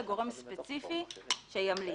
לגורם ספציפי שימליץ.